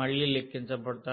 మళ్ళీ లెక్కించబడతాయి